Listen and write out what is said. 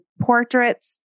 portraits